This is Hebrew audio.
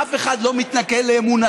אף אחד לא מתנכל לאמונתכם.